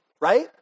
right